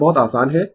यह बहुत आसान है